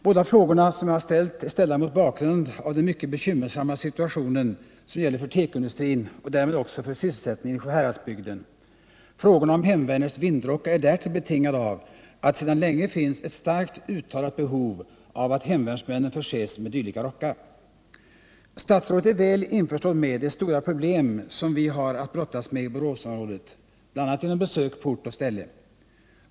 Båda frågorna är ställda mot bakgrund av den mycket bekymmersamma situation som gäller för tekoindustrin och därmed också för sysselsättningen i Sjuhäradsbygden. Frågan om hemvärnets vindrockar är därtill betingad av att det sedan länge finns ett starkt uttalat behov av att hemvärnsmännen förses med dylika rockar. Statsrådet är väl införstådd med de stora problem vi har att brottas med i Boråsområdet, bl.a. genom besök på ort och ställe.